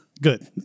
Good